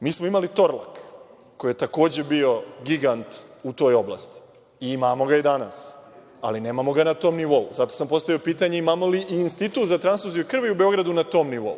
Mi smo imali „Torlak“ koji je takođe bio gigant u toj oblasti i imamo ga i danas, ali nemamo ga na tom nivou, zato sam postavio pitanje imamo li i institut za transfuziju krvi u Beogradu na tom nivou.